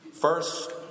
First